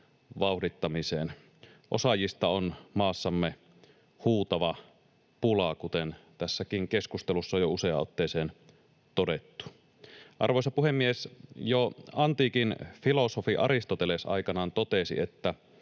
vauhdittamiseen. Osaajista on maassamme huutava pula, kuten tässäkin keskustelussa on jo useaan otteeseen todettu. Arvoisa puhemies! Jo antiikin filosofi Aristoteles aikanaan totesi, että